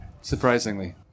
surprisingly